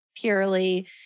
purely